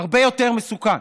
הרבה יותר מסוכן.